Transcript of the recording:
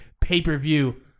Pay-per-view